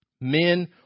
men